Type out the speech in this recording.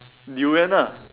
durian ah